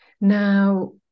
Now